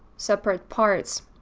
separate parts,